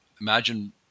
imagine